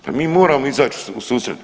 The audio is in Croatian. Pa mi moramo izaći u susret.